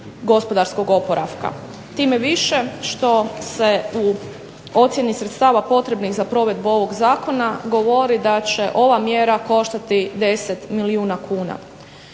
gospodarskog oporavka. Time više što se u ocjeni sredstava potrebnih za provedbu ovog zakona govori da će ova mjera koštati 10 milijuna kuna.